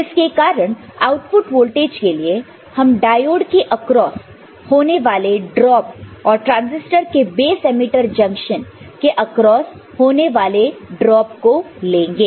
जिसके कारण output voltage के लिए हम डायोड के अक्रॉस होने वाला ड्रॉप और ट्रांजिस्टर के बेस एमिटर जंक्शन के अक्रॉस होने वाला ड्रॉप को लेंगे